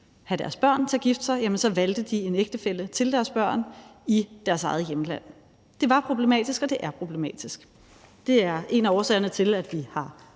have deres børn til at gifte sig, valgte en ægtefælle til deres børn i deres eget hjemland. Det var problematisk, og det er problematisk. Det er en af årsagerne til, at vi har